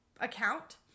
account